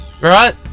right